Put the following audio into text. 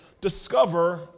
discover